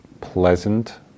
pleasant